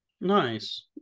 Nice